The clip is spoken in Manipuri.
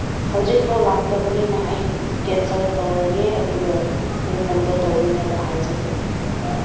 ꯍꯧꯖꯤꯛꯐꯥꯎ ꯂꯥꯛꯇꯕꯅꯤꯅ ꯑꯩ ꯀꯦꯟꯁꯦꯜ ꯇꯧꯔꯒꯦ ꯑꯗꯨꯒ ꯔꯤꯐꯟꯗꯣ ꯇꯧꯕꯤꯅꯕ ꯍꯥꯏꯖꯕꯅꯤ